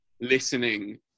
listening